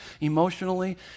emotionally